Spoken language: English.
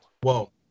Whoa